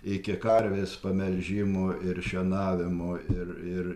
iki karvės pamelžimo ir šienavimo ir ir